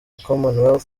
commonwealth